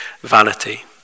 vanity